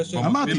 אמרתי,